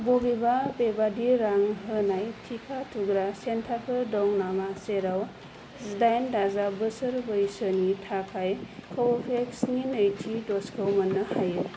बबेबा बेबादि रां होनाय टिका थुग्रा सेन्टारफोर दं नामा जेराव जिदाइन दाजाब बोसोर बैसोनि थाखाय क भेक्सनि नैथि द'जखौ मोन्नो हायो